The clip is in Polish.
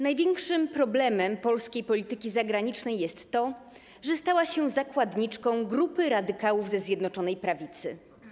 Największym problemem polskiej polityki zagranicznej jest to, że stała się zakładniczką grupy radykałów ze Zjednoczonej Prawicy.